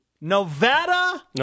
Nevada